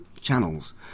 channels